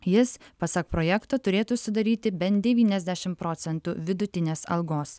jis pasak projekto turėtų sudaryti bent devyniasdešimt procentų vidutinės algos